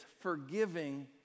forgiving